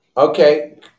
Okay